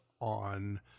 on